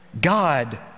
God